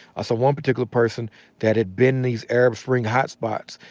i saw one particular person that had been in these arab spring hotspots,